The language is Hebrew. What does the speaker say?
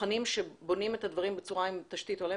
שבוחנים האם בונים את הדברים עם תשתית הולמת?